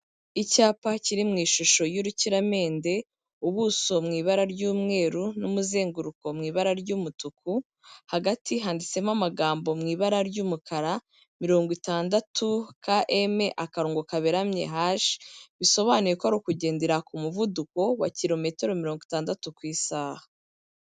Icyapa kiri mu ishusho y'urukiramende, ubuso mu ibara ry'umweru n'umuzenguruko mu ibara ry'umutuku, hagati handitsemo amagambo mu ibara ry'umukara, mirongo itandatu KM/H, bisobanuye ko ari ukugendera ku muvuduko wa kilometero mirongo itandatu ku isaha.